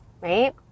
right